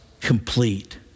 complete